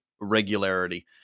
regularity